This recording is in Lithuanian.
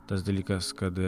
tas dalykas kad